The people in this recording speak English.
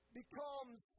becomes